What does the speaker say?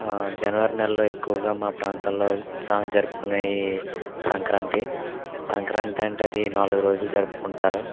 జనవరి నెలలో ఎక్కువగా మా ప్రాంతంలో సా జరుపుకునే ఈ సంక్రాంతి సంక్రాంతి అంటే అది నాలుగు రోజులు జరుపుకుంటారు